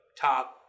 top